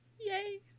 Yay